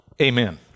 Amen